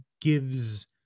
gives